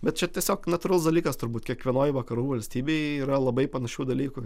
bet čia tiesiog natūralus dalykas turbūt kiekvienoj vakarų valstybėj yra labai panašių dalykų